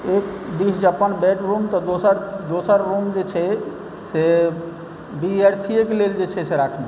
एक दिश अपन बेडरूम तऽ दोसर दोसर रूम जे छै से विद्यार्थीएके लेल जे छै से राखने छी